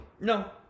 No